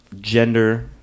gender